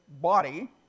body